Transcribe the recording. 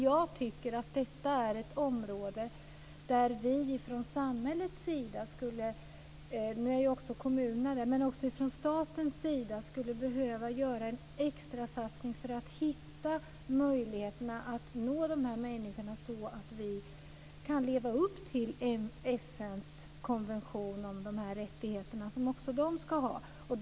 Jag tycker att detta är ett område som man från kommunernas men också från statens sida skulle behöva göra en extrasatsning på för att göra det möjligt att nå dessa människor, så att vi kan leva upp till FN:s konvention om de rättigheter som också de funktionshindrade ska ha.